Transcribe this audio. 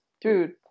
Dude